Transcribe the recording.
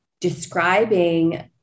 describing